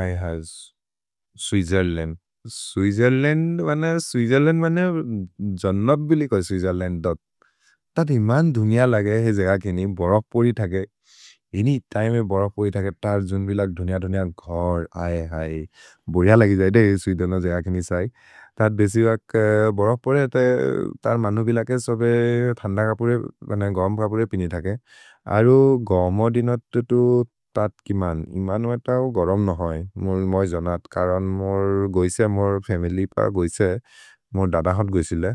इ हस् Switzerland Switzerland बन स्विजेर्लन्द् बन जन्नत् बिलिक् होइ स्विजेर्लन्द् दोत् तत् इमन् धुनिअ लगे हे जेग केनि बरक् पोरि थगे हिनि तिमे बरक् पोरि थगे तर् जुन् बिलग् धुनिअ धुनिअ घर् अए अए बोरिअ लगि। जैदे हे स्विजेर्नो जेग केनि सै तत् बेसि वक् बरक् पोरे तर् मनु बिलग् के सोबे थन्द कपुरे बन गरम् कपुरे पिनि थगे अरु गम दिन तुतु तत् किमन् इमन् एत गरम् नहए। मै जन्नत् करन् मोर् गोइसे मोर् फमिल्य् प गोइसे मोर् ददहोत् गोइसे ले